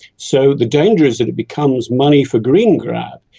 so the danger is it it becomes money for green grab,